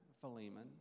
Philemon